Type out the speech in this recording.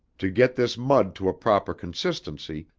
to get this mud to a proper consistency,